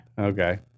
Okay